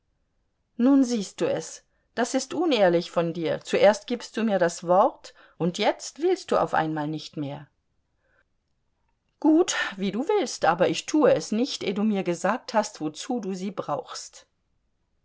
nun siehst du es das ist unehrlich von dir zuerst gibst du mir das wort und jetzt willst du auf einmal nicht mehr gut wie du willst aber ich tue es nicht ehe du mir gesagt hast wozu du sie brauchst